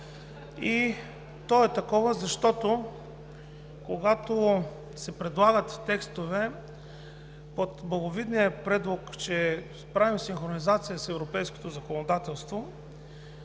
То е такова, защото, когато се предлагат текстове под благовидния предлог, че правим синхронизация с европейското законодателство,